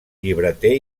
llibreter